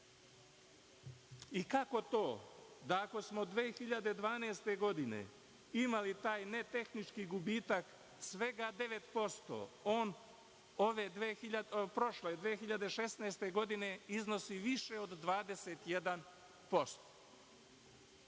Kako to da ako smo 2012. godine imali taj netehnički gubitak svega 9%, on prošle 2016. godine iznosi više od 21%?